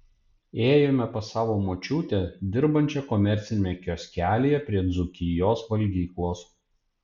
ėjome pas savo močiutę dirbančią komerciniame kioskelyje prie dzūkijos valgyklos